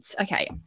okay